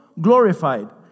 glorified